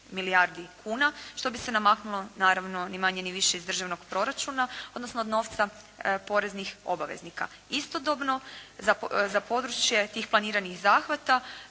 milijardi kuna što bi se namaknulo naravno ni manje ni više iz Državnog proračuna odnosno od novca poreznih obaveznika. Istodobno za područje tih planiranih zahvata